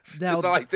Now